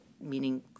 meaning